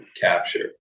capture